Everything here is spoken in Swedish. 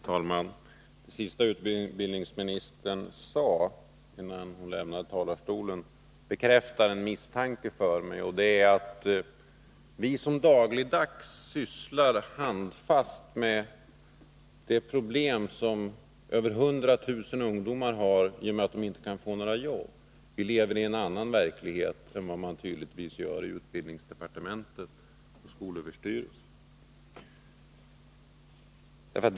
Fru talman! Det sista utbildningsministern sade innan hon lämnade talarstolen bekräftar en misstanke jag har: vi som dagligen, handfast sysslar med det problem som över 100 000 ungdomar har i och med att de inte kan få något jobb, vi lever i en annan verklighet än man tydligen har i utbildningsdepartementet och skolöverstyrelsen.